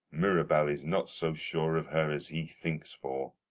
mirabell is not so sure of her as he thinks for.